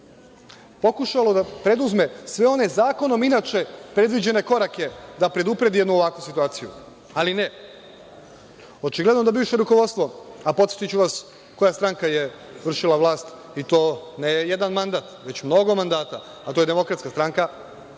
pokušalo da preduzme sve one zakonom inače predviđene korake da predupredi jednu ovakvu situaciju, ali ne. Očigledno da bivše rukovodstvo, a podsetiću vas koja je stranka vršila vlast i to ne jedan mandat, već mnogo mandata, a to je DS sa nekim